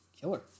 Killer